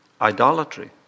Idolatry